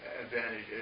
advantage